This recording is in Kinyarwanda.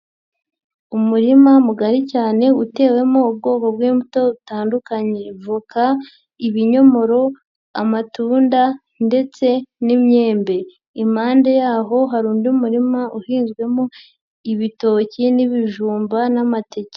Umurima mugari cyane utewemo ubwoko bw'imbuto butandukanye, voka, ibinyomoro, amatunda ndetse n'imyembe, impande yaho hari undi murima uhinzwemo ibitoki n'ibijumba n'amateke.